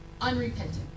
unrepentant